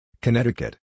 Connecticut